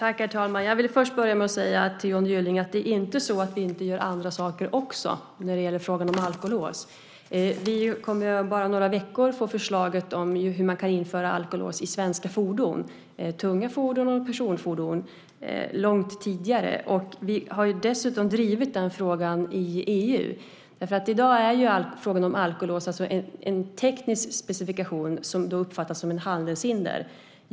Herr talman! Jag vill börja med att säga till Johnny Gylling att det inte är så att vi inte gör andra saker också när det gäller frågan om alkolås. Om bara några veckor kommer vi att få förslaget om hur man kan införa alkolås i svenska fordon - tunga fordon och personfordon - långt tidigare. Vi har dessutom drivit frågan i EU. I dag är frågan om alkolås en teknisk specifikation som uppfattas som ett handelshinder.